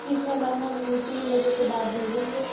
ठीक है मैम हम यही तीन बजे के बाद भेजेंगे